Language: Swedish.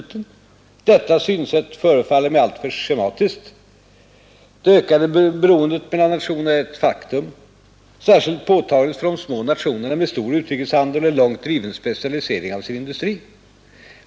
Utrikesministern fortsatte: ”Detta synsätt förefaller mig alltför schematiskt. Det ökade ekonomiska beroendet nationerna emellan är ett faktum — särskilt påtagligt för de små nationerna en stor utrikeshandel och en långt driven specialisering av sin industri.